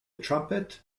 trumpet